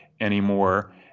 anymore